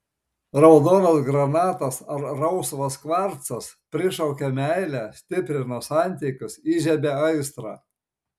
raudonas granatas ar rausvas kvarcas prišaukia meilę stiprina santykius įžiebia aistrą